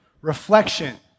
reflection